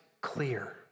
clear